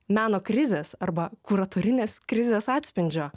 meno krizės arba kuratorinės krizės atspindžio